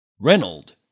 Reynold